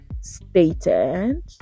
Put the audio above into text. stated